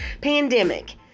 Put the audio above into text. pandemic